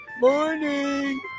Morning